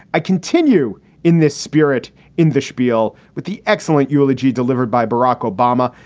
i continue in this spirit in the spiel with the excellent eulogy delivered by barack obama.